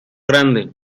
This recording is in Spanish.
grande